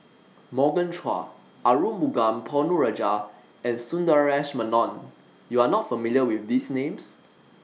Morgan Chua Arumugam Ponnu Rajah and Sundaresh Menon YOU Are not familiar with These Names